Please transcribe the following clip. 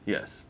Yes